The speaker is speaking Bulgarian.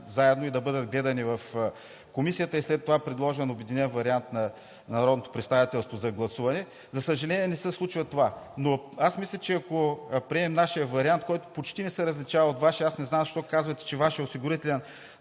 заедно, да бъдат гледани в Комисията и след това предложен обединен вариант на народното представителство за гласуване. За съжаление, не се случва това, но аз мисля, че ако приемем нашия вариант, който почти не се различава от Вашия – аз не знам защо казвате, че Вашият осигурителен